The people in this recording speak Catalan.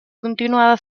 continuava